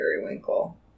periwinkle